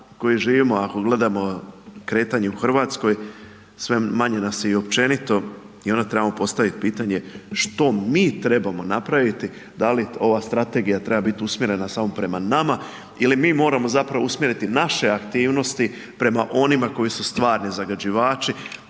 koji živimo, ako gledamo kretanje u Hrvatskoj, sve manje nas je i općenito i onda trebamo postaviti pitanje što mi trebamo napraviti. Da li ova strategija treba biti usmjerena samo prema nama ili mi moramo zapravo moramo usmjeriti naše aktivnosti prema onima koji su stvarni zagađivači,